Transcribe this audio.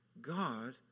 God